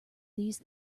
these